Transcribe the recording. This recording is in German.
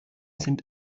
sind